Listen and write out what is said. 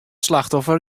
slachtoffer